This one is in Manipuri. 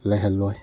ꯂꯩꯍꯜꯂꯣꯏ